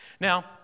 Now